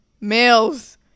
Males